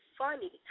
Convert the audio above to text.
funny